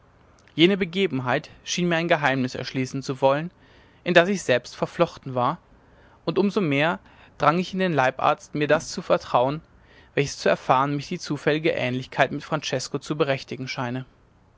jene begebenheit schien mir ein geheimnis erschließen zu wollen in das ich selbst verflochten war und um so mehr drang ich in den leibarzt mir das zu vertrauen welches zu erfahren mich die zufällige ähnlichkeit mit francesko zu berechtigen scheine